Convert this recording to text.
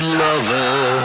lover